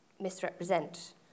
misrepresent